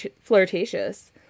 flirtatious